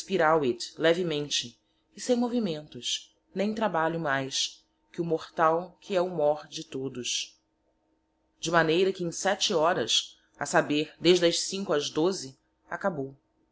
expiravit levemente e sem movimentos nem trabalho mais que o mortal que he o mór de todos de maneira que em sete horas a saber des das cinco ás doze acabou